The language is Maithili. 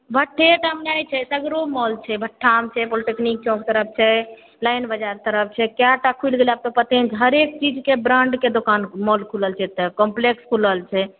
भट्टे टा मे नहि सदरे माउल छै भट्टा मे छै पॉलिटेक्निक चौक तरफ छै लायन बाजार तरफ छै कयटा खुलि गेलै हे आब तऽ पते नहि हरेक चीजके ब्रान्डके दोकान माउल खुलल छै तऽ कॉम्प्लेक्स खुलल छै